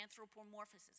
anthropomorphism